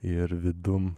ir vidum